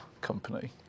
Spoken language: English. company